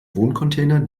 wohncontainer